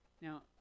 Now